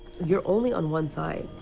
you're only on one side.